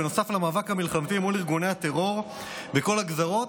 נוסף למאבק המלחמתי מול ארגוני הטרור בכל הגזרות,